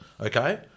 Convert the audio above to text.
Okay